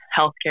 healthcare